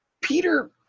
Peter